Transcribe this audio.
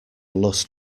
lust